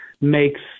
makes